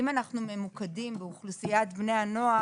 אם אנחנו ממוקדים באוכלוסיית בני הנוער,